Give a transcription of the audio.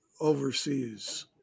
overseas